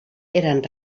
eren